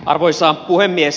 arvoisa puhemies